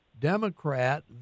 Democrat